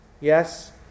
yes